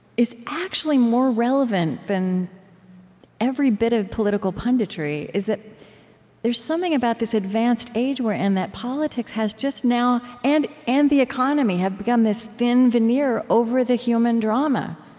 is actually more relevant than every bit of political punditry is that there's something about this advanced age we're in that politics has just now and and the economy have become this thin veneer over the human drama,